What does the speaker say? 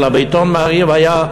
אלא בעיתון "מעריב" היה,